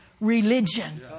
religion